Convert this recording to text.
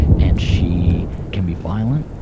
and she can be violent,